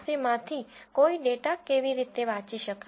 csv માંથી કોઈ data કેવી રીતે વાંચી શકાય